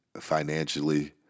financially